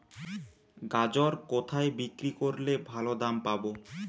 গাজর কোথায় বিক্রি করলে ভালো দাম পাব?